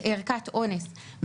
ערכת אונס,